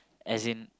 as in